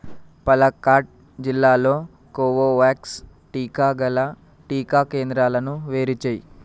పాలక్కాడ్ జిల్లాలో కోవోవ్యాక్స్ టీకా గల టీకా కేంద్రాలను వేరు చేయి